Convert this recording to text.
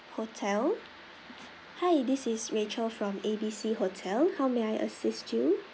hotel hi this is rachel from A B C hotel how may I assist you